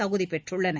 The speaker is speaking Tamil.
தகுதிப்பெற்றுள்ளன